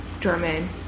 German